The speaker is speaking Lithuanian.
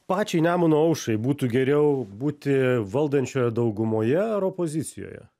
pačiai nemuno aušrai būtų geriau būti valdančiojoje daugumoje ar opozicijoje